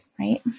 right